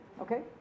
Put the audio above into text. okay